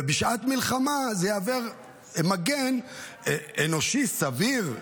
ובשעת מלחמה זה יהווה מגן אנושי סביר,